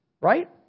right